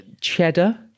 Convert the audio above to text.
cheddar